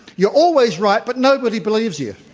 you're always right but nobody believes you.